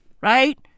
Right